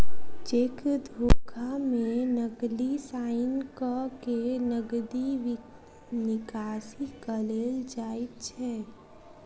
cheque धोखा मे नकली साइन क के नगदी निकासी क लेल जाइत छै